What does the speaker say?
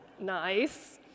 Nice